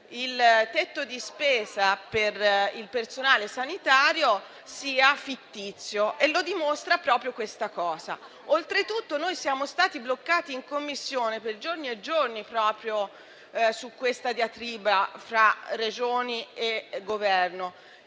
il tetto di spesa per il personale sanitario sia fittizia e lo dimostra proprio questa cosa. Oltretutto, noi siamo stati bloccati in Commissione per giorni e giorni proprio su questa diatriba fra Regioni e Governo.